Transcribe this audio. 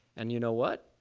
and you know what?